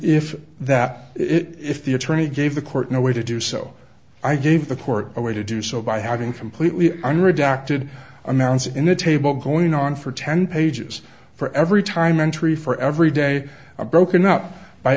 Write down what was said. if that it if the attorney gave the court in a way to do so i gave the court a way to do so by having completely unredacted amounts in the table going on for ten pages for every time entry for every day broken up by